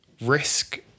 risk